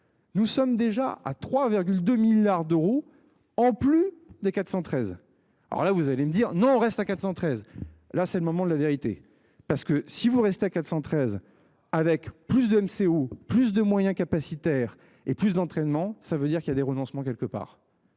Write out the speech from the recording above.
Nous sommes déjà à 3,2 millards d'euros en plus des 413. Alors là vous allez me dire non, on reste à 413, là c'est le moment de la vérité parce que si vous restez à 413 avec plus de MCO, plus de moyens capacitaires et plus d'entraînement. Ça veut dire qu'il y a des renoncements quelque part.